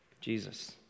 Jesus